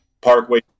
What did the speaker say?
Parkway